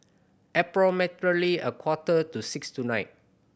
approximately a quarter to six tonight